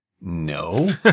no